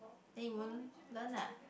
then you won't learn lah